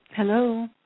Hello